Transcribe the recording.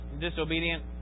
disobedient